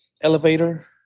elevator